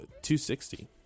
260